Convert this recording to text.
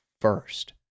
first